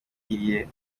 yagiriye